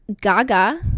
gaga